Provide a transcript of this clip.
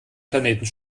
planeten